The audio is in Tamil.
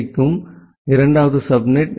க்கும் இரண்டாவது சப்நெட் வி